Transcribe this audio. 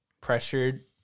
pressured